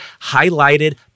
highlighted